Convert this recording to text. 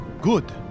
Good